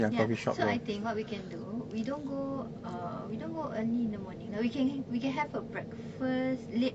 ya so I think what we can do we don't go uh we don't go early in the morning like we can we can have a breakfast late